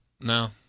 no